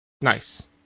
Nice